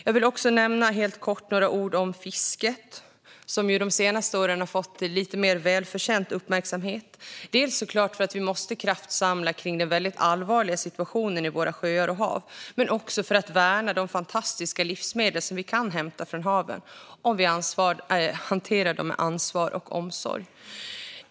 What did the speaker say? Jag vill helt kort nämna några ord om fisket, som de senaste åren har fått lite mer välförtjänt uppmärksamhet, dels för att vi såklart måste kraftsamla kring den akuta situationen i våra sjöar och hav, dels för att värna de fantastiska livsmedel vi kan hämta från haven om vi hanterar dem med ansvar och omsorg.